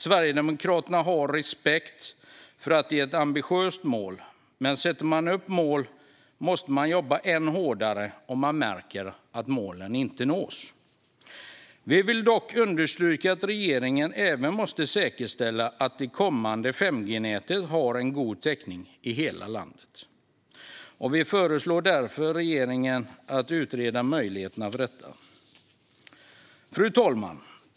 Sverigedemokraterna har respekt för att det är ett ambitiöst mål, men om man sätter upp mål måste man jobba än hårdare om man märker att målen inte nås. Vi vill understryka att regeringen även måste säkerställa att det kommande 5G-nätet har en god täckning i hela landet, och vi föreslår därför att regeringen utreder möjligheterna för detta. Fru talman!